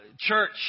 church